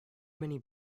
many